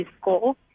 school